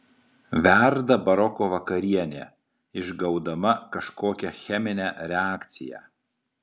verda baroko vakarienė išgaudama kažkokią cheminę reakciją